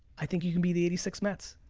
i think you can be the eighty six mets.